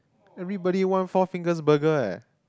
everybody one Four Fingers Burger eh